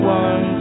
one